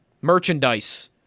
Merchandise